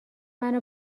منو